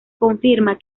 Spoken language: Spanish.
confirma